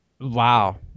Wow